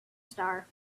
star